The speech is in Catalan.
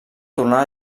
tornar